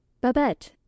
Babette